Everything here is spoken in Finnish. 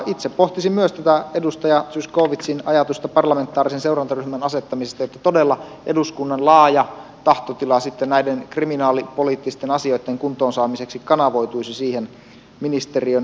itse pohtisin myös tätä edustaja zyskowiczin ajatusta parlamentaarisen seurantaryhmän asettamisesta että todella eduskunnan laaja tahtotila sitten näiden kriminaalipoliittisten asioitten kuntoonsaamiseksi kanavoituisi siihen ministeriön valmistelutyöhön